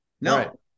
No